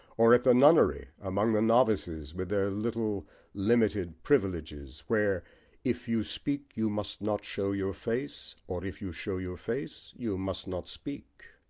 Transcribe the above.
or at the nunnery among the novices, with their little limited privileges, where if you speak you must not show your face, or if you show your face you must not speak.